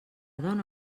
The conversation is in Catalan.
dona